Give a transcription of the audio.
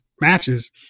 matches